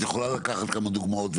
את יכולה לקחת כמה דוגמאות ולתת,